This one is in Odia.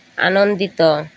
ଆନନ୍ଦିତ